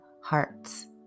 hearts